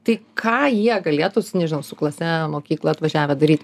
tai ką jie galėtų su nežinau su klase mokyklą atvažiavę daryt